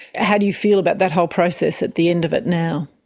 how do you feel about that whole process at the end of it now?